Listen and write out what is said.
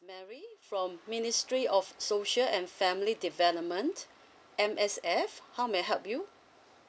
Mary from ministry of social and family development M_S_FN how may I help you